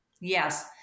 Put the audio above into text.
Yes